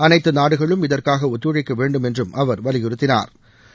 அனைத்து நாடுகளும் இதற்காக ஒத்துழைக்க வேண்டும் என்றும் அவர் வலியுறுத்தினாா்